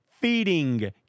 feeding